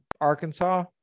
Arkansas